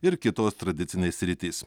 ir kitos tradicinės sritys